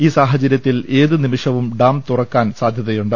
ഈ സാഹച ര്യത്തിൽ ഏത് നിമിഷവും ഡാം തുറക്കാൻ സാധ്യതയുണ്ട്